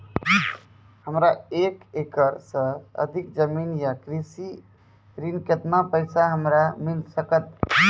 हमरा एक एकरऽ सऽ अधिक जमीन या कृषि ऋण केतना पैसा हमरा मिल सकत?